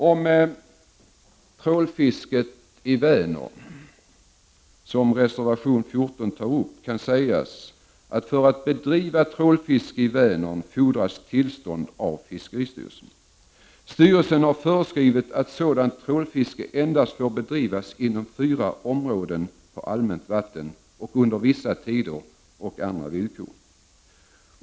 Om trålfisket i Vänern, som tas upp i reservation 14, kan sägas att det fordras tillstånd av fiskeristyrelsen för att bedriva trålfiske i Vänern. Styrelsen har föreskrivit att sådant trålfiske endast får bedrivas inom fyra områden på allmänt vatten under vissa tider, och den har även föreskrivit andra villkor.